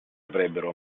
avrebbero